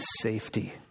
safety